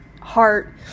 heart